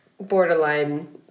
borderline